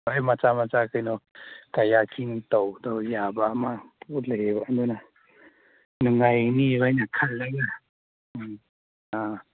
ꯍꯣꯏ ꯃꯆꯥ ꯃꯆꯥ ꯀꯩꯅꯣ ꯀꯌꯥꯛꯀꯤꯡ ꯇꯧꯕꯗꯣ ꯌꯥꯕ ꯑꯃ ꯂꯩꯌꯦꯕ ꯑꯗꯨꯅ ꯅꯨꯡꯉꯥꯏꯅꯤ ꯍꯥꯏꯅ ꯈꯜꯂꯦ ꯎꯝ ꯑꯥ